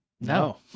no